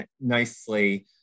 nicely